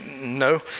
no